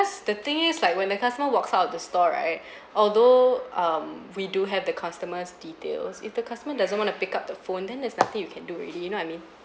the thing is like when the customer walks out of the store right although um we do have the customers' details if the customer doesn't want to pick up the phone then there's nothing you can do already you know I mean